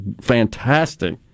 fantastic